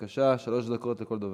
בבקשה, שלוש דקות לכל דובר.